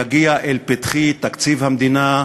יגיע אל פתחי תקציב המדינה,